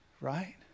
Right